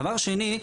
הדבר השני: